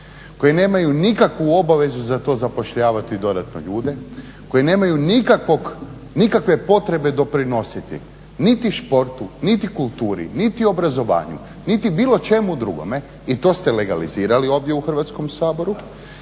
koji nemaju nikakvu obavezu za to zapošljavati dodatno ljude, koji nemaju nikakve potrebe doprinositi niti športu, niti kulturi, niti obrazovanju niti bilo čemu drugome i to ste legalizirali ovdje u Hrvatskom saboru.